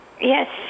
Yes